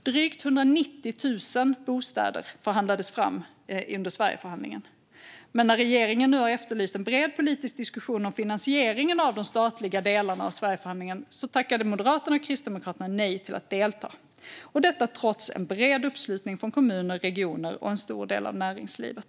Drygt 190 000 nya bostäder förhandlades fram under Sverigeförhandlingen. Men när regeringen efterlyste en bred politisk diskussion om finansieringen av de statliga delarna av Sverigeförhandlingen tackade Moderaterna och Kristdemokraterna nej till att delta - detta trots en bred uppslutning från kommuner, regioner och en stor del av näringslivet.